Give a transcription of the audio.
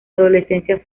adolescencia